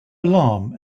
alarm